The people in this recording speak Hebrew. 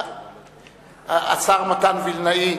השר מתן וילנאי,